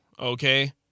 okay